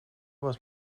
was